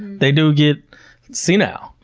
they do get senile.